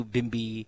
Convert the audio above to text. Bimbi